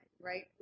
right